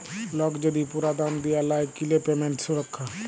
lock যদি পুরা দাম দিয়া লায় কিলে পেমেন্ট সুরক্ষা